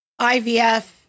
IVF